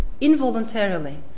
involuntarily